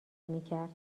میکرد